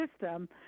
system